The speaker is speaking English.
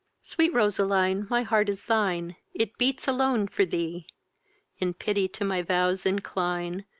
sweet roseline, my heart is thine, it beats alone for thee in pity to my vows incline,